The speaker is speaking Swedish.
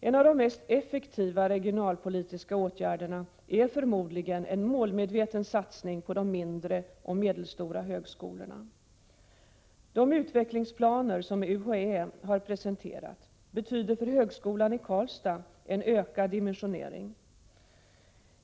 En av de mest effektiva regionalpolitiska åtgärderna är förmodligen en målmedveten satsning på de mindre och medelstora högskolorna. De utvecklingsplaner som UHÄ har presenterat betyder för högskolan i Karlstad en ökad dimensionering.